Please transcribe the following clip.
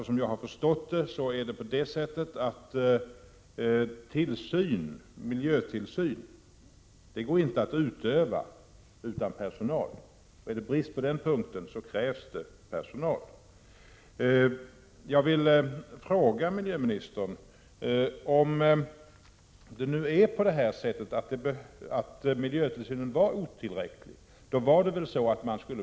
Som jag har förstått saken går det inte att utöva miljötillsyn utan personal. Råder det brist i miljötillsynen krävs det därför ytterligare personal. Jag vill fråga energiministern: Om miljötillsynen var otillräcklig, behövdes det då mer folk?